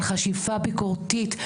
על חשיבה ביקורתית,